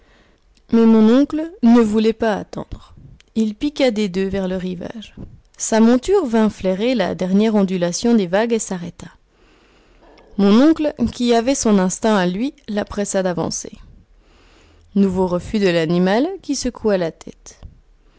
mais mon oncle ne voulait pas attendre il piqua des deux vers le rivage sa monture vint flairer la dernière ondulation des vagues et s'arrêta mon oncle qui avait son instinct à lui la pressa d'avancer nouveau refus de l'animal qui secoua la tête